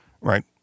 Right